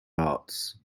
arts